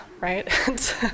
right